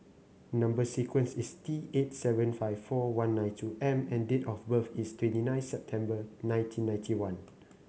number sequence is T eight seven five four one nine two M and date of birth is twenty nine September nineteen ninety one